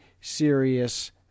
serious